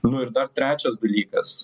nu ir dar trečias dalykas